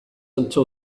until